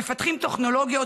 שמפתחים טכנולוגיות,